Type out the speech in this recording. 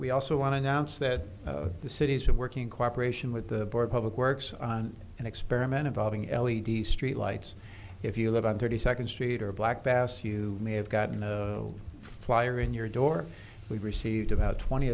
we also want to now nce that the cities are working in cooperation with the public works on an experiment involving l e d street lights if you live on thirty second street or black bass you may have gotten a flyer in your door we received about twenty